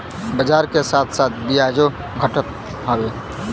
बाजार के साथ साथ बियाजो घटत हौ